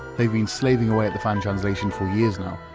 they've been slaving away at the fan translation for years now,